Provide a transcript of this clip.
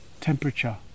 temperature